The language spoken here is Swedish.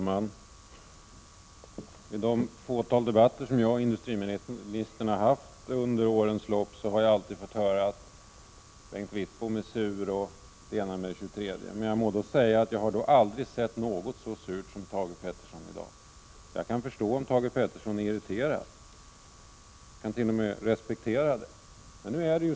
Herr talman! I det fåtal debatter som jag och industriministern har haft 21 maj 1987 under årens lopp har jag alltid fått höra att ”Bengt Wittbom är sur” m.m. Men jag har då aldrig sett något så surt som Thage Peterson i dag. Jag kan förstå att han irriterad, t.o.m. respektera det.